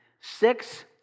Six